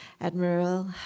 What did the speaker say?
Admiral